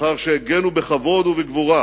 לאחר שהגנו בכבוד ובגבורה